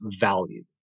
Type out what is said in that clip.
value